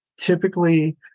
Typically